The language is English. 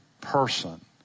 person